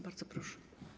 Bardzo proszę.